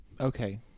Okay